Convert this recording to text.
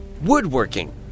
Woodworking